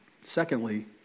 Secondly